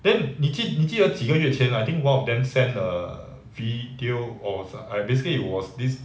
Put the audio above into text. then 你记你记得几个月前 like one of them sent a video of a basically it was this